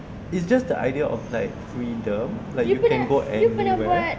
it's just the idea of like freedom like you can go everywhere